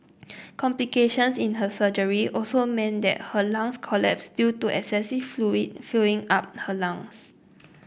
complications in her surgery also meant that her lungs collapsed due to excessive fluid filling up her lungs